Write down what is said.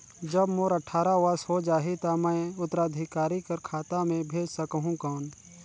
जब मोर अट्ठारह वर्ष हो जाहि ता मैं उत्तराधिकारी कर खाता मे भेज सकहुं कौन?